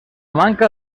manca